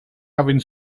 having